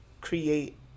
create